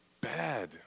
bad